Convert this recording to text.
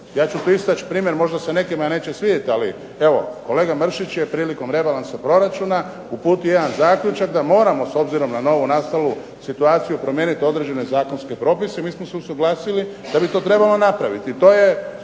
ja ću istaći primjer, možda se nekima neće svidjeti ali kolega Mršić je prilikom rebalansa proračuna uputio jedan zaključak da moramo s obzirom na novonastalu situaciju promijeniti određene zakonske propise, mi smo se usuglasili da bi to trebalo napraviti.